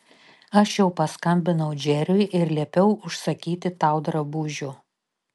aš jau paskambinau džeriui ir liepiau užsakyti tau drabužių